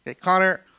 Connor